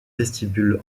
vestibule